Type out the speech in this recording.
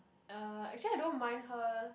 uh actually I don't mind her